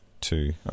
two